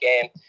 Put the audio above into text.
game